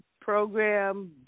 program